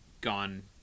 gone